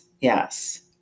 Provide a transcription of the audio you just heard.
Yes